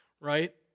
right